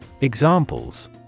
Examples